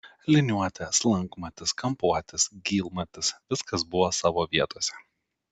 liniuotė slankmatis kampuotis gylmatis viskas buvo savo vietose